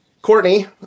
Courtney